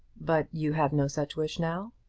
but you have no such wish now?